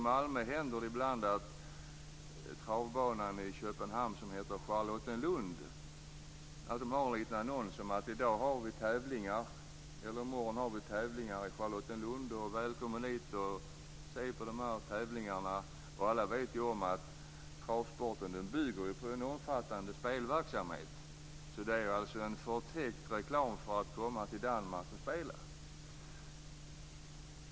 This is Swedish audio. Det händer ibland att travbanan Charlottenlund i morgon har vi tävlingar i Charlottenlund. Välkommen hit och se på tävlingarna! Alla vet ju att travsporten bygger på en omfattande spelverksamhet, så det är alltså en förtäckt reklam för spel i Danmark.